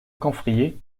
camphrier